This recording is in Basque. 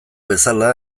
bezala